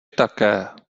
také